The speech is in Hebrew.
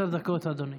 עשר דקות, אדוני.